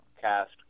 cast